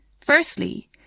Firstly